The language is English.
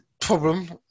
problem